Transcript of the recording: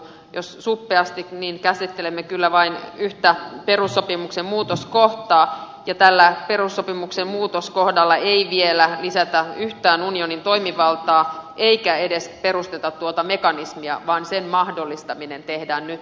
suppeasti sanottuna käsittelemme kyllä vain yhtä perussopimuksen muutoskohtaa ja tällä perussopimuksen muutoskohdalla ei vielä lisätä yhtään unionin toimivaltaa eikä edes perusteta tuota mekanismia vaan sen mahdollistaminen tehdään nyt